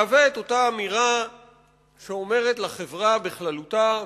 מהווה קול שאומר לחברה בכללותה,